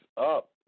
up